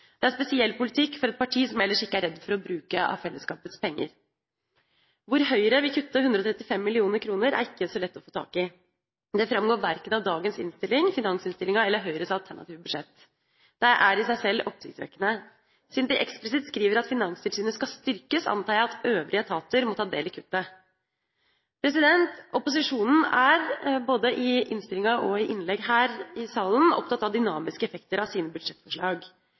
Det er spesiell politikk for et parti som ellers ikke er redd for å bruke av fellesskapets penger. Hvor Høyre vil kutte 135 mill. kr, er ikke så lett å få tak i. Det framgår verken av dagens innstilling, finansinnstillinga, eller Høyres alternative budsjett. Det er i seg sjøl oppsiktsvekkende. Siden de eksplisitt skriver at Finanstilsynet skal styrkes, antar jeg at øvrige etater må ta del i kuttet. Opposisjonen er, både i innstillinga og i innlegg her i salen, opptatt av dynamiske effekter av sine budsjettforslag.